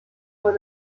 war